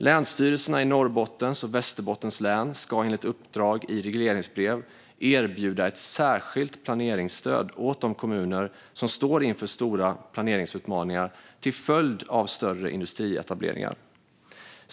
Länsstyrelserna i Norrbottens och Västerbottens län ska enligt uppdrag i regleringsbrev erbjuda ett särskilt planeringsstöd åt de kommuner som står inför stora planeringsutmaningar till följd av större industrietableringar.